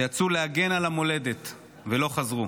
שיצאו להגן על המולדת ולא חזרו.